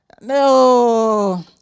no